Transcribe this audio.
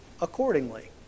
accordingly